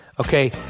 okay